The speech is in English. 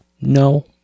No